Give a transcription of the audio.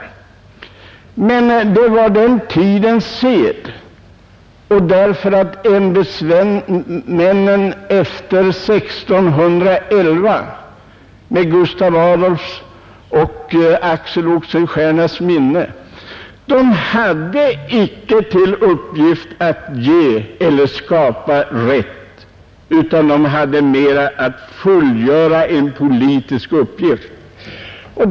Men det var den tidens sed, eftersom ämbetsmännen efter 1611 med Gustav II Adolfs och Axel Oxenstiernas goda minne icke hade till uppgift att skapa rätt utan mera att fullgöra en politisk uppgift.